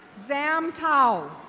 sam tow.